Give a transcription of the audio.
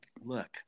look